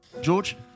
George